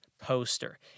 poster